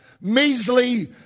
measly